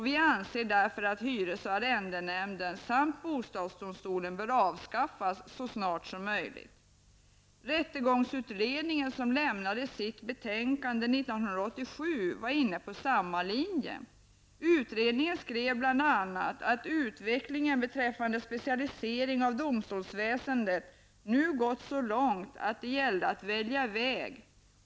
Vi anser därför att hyres och arrendenämnderna samt bostadsdomstolen bör avskaffas så snart som möjligt. Rättegångsutredningen som lämnade sitt betänkande år 1987 var inne på samma linje. Utredningen skrev bl.a. att utvecklingen beträffande specialiseringen av domstolsväsendet nu gått så långt att det gällde att välja väg.